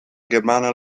germana